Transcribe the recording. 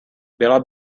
byla